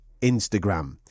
Instagram